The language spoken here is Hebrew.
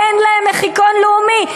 אין להן מחיקון לאומי.